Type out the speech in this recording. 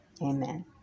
Amen